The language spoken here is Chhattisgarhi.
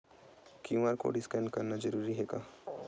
क्यू.आर कोर्ड स्कैन करना जरूरी हे का?